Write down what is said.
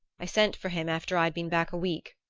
i sent for him after i'd been back a week.